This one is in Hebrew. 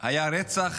היה רצח